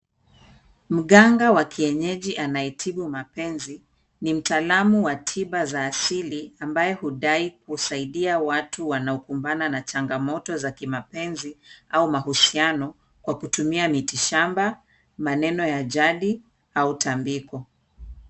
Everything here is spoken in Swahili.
Mganga wa kienyeji anayetibu mapenzi, ni mtaalamu wa tiba za asili ambaye hudai kusaidia watu wanaokumbana na changamoto za kimapenzi au mahusiano kwa kutumia miti shamba, maneno ya ajali, au tambiko.